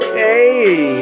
hey